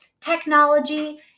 technology